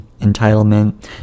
entitlement